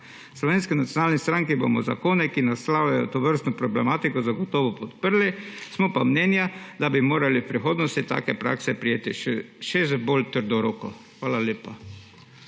Slovenski nacionalni stranki bomo zakone, ki naslavljajo tovrstno problematiko, zagotovo podprli, smo pa mnenja, da bi morali v prihodnosti take prakse prijeti s še bolj trdo roko. Hvala lepa.